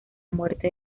muerte